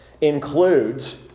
includes